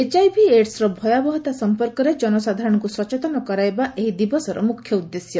HIV ଏଡ୍ସର ଭୟାବହତା ସଂପର୍କରେ ଜନସାଧାରଣଙ୍କ ସଚେତନ କରାଇବା ଏହି ଦିବସର ମ୍ରଖ୍ୟ ଉଦ୍ଦେଶ୍ୟ